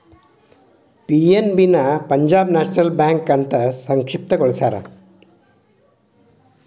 PNB ನ Punjab National Bank ಅಂತ ಸಂಕ್ಷಿಪ್ತ ಗೊಳಸ್ಯಾರ